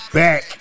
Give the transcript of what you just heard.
back